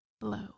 blow